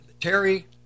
Terry